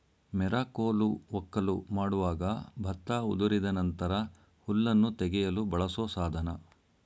ಮೆರಕೋಲು ವಕ್ಕಲು ಮಾಡುವಾಗ ಭತ್ತ ಉದುರಿದ ನಂತರ ಹುಲ್ಲನ್ನು ತೆಗೆಯಲು ಬಳಸೋ ಸಾಧನ